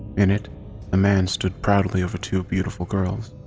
in it a man stood proudly over two beautiful girls.